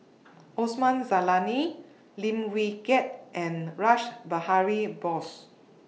Osman Zailani Lim Wee Kiak and Rash Behari Bose